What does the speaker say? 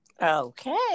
Okay